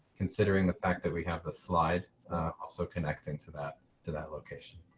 considering the fact that we have the slide also connecting to that to that location.